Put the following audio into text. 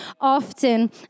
often